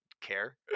care